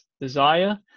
desire